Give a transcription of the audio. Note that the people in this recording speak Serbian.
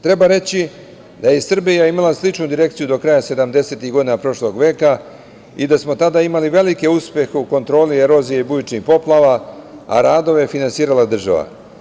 Treba reći da je Srbija imala sličnu direkciju do kraja 70-ih godina prošlog veka i da smo tada imali veliki uspeh u kontroli erozije i bujičnih poplava, a radove je finansirala država.